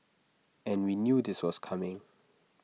and we knew this was coming